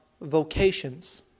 vocations